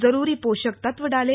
जरूरी पोषक तत्व डाले